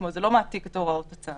כלומר זה לא מעתיק את הוראות הצו.